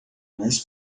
mais